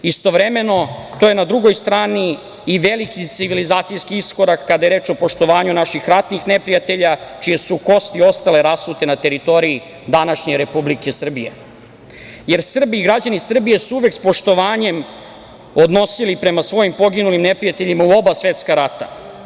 Istovremeno, to je na drugoj strani i veliki civilizacijski iskorak kada je reč o poštovanju naših ratnih neprijatelja čije su kosti ostale rasute na teritoriji današnje Republike Srbije, jer građani Srbije su se uvek sa poštovanje odnosili prema svojim poginulim neprijateljima u oba svetska rata.